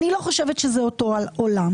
אני לא חושבת שזה אותו עולם.